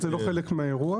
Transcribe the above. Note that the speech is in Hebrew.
זה לא חלק מהאירוע.